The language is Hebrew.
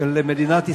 של מדינת ישראל,